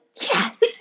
Yes